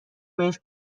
بهش